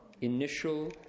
initial